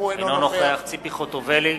אינו נוכח ציפי חוטובלי,